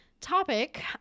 topic